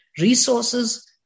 resources